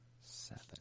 Seven